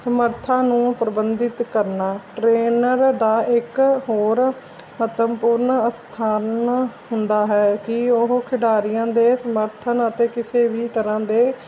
ਸਮਰਥਾਂ ਨੂੰ ਪ੍ਰਬੰਧਿਤ ਕਰਨਾ ਟਰੇਨਰ ਦਾ ਇੱਕ ਹੋਰ ਮਹੱਤਵਪੂਰਨ ਅਸਥਾਨ ਹੁੰਦਾ ਹੈ ਕਿ ਉਹ ਖਿਡਾਰੀਆਂ ਦੇ ਸਮਰਥਨ ਅਤੇ ਕਿਸੇ ਵੀ ਤਰ੍ਹਾਂ ਦੇ